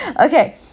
Okay